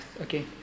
okay